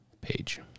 page